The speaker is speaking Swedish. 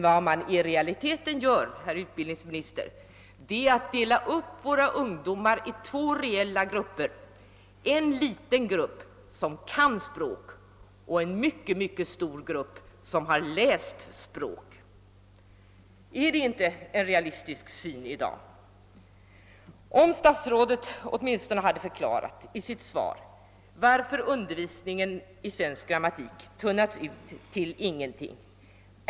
Vad man i realiteten gör, herr utbildningsminister, är att man delar upp våra ungdomar i två reella grupper: en liten grupp som kan språk och en mycket stor grupp som har läst språk. Är detta inte en realistisk syn i dag? Om statsrådet åtminstone i sitt svar hade förklarat varför undervisningen i svensk grammatik har tunnats ut till ingenting!